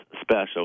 special